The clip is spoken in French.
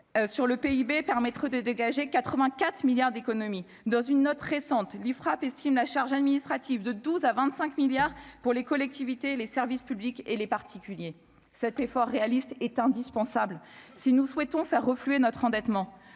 sur le PIB, permettre de dégager 84 milliards d'économies dans une note récente l'Ifrap estime la charge administrative de 12 à 25 milliards pour les collectivités, les services publics et les particuliers, cet effort réaliste est indispensable si nous souhaitons faire refluer notre endettement